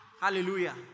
hallelujah